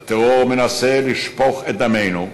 הטרור מנסה לשפוך את דמנו.